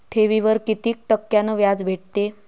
ठेवीवर कितीक टक्क्यान व्याज भेटते?